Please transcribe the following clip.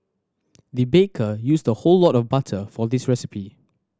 the baker used the whole of butter for this recipe